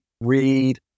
read